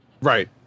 Right